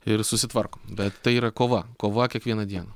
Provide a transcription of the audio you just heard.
ir susitvarkom bet tai yra kova kova kiekvieną dieną